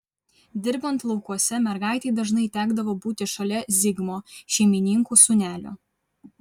dirbant laukuose mergaitei dažnai tekdavo būti šalia zigmo šeimininkų sūnelio